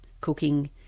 cooking